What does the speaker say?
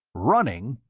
running?